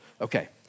Okay